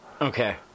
Okay